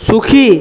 সুখী